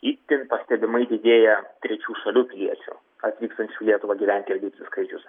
itin pastebimai didėja trečių šalių piliečių atvykstančių į lietuvą gyvent ir dirbti skaičius